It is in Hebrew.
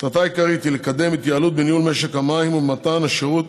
היא לקדם התייעלות בניהול משק המים ובמתן השירות